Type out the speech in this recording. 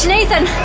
Nathan